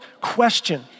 question